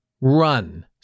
run